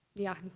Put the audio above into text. yeah.